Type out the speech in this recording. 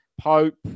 Pope